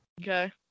Okay